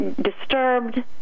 disturbed